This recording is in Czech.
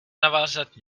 navázat